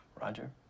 Roger